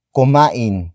Kumain